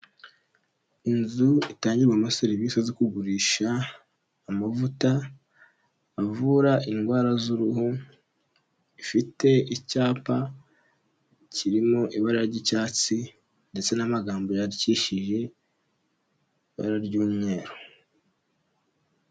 Inzu itangirwamo serivisi zo kugurisha amavuta avura indwara z'uruhu, ifite icyapa kirimo ibara ry'icyatsi ndetse n'amagambo yandikishije ibara ry'umweru.